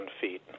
feet